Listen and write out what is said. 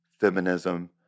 feminism